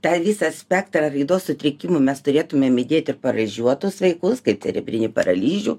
tą visą spektrą raidos sutrikimų mes turėtumėm įdėti ir paralyžiuotus vaikus kaip cerebrinį paralyžių